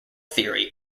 theory